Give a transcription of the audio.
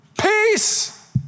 Peace